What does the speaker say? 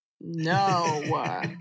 No